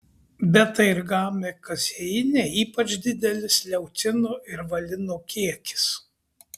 beta ir gama kazeine ypač didelis leucino ir valino kiekis